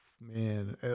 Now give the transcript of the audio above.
Man